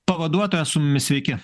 pavaduotojas su mumis sveiki